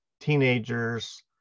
teenagers